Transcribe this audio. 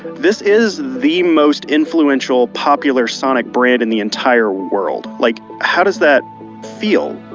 this is the most influential, popular, sonic brand in the entire world. like how does that feel?